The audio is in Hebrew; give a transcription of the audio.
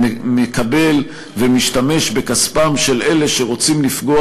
מקבל ומשתמש בכספם של אלה שרוצים לפגוע